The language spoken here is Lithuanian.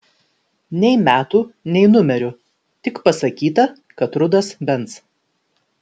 nei metų nei numerių tik pasakyta kad rudas benz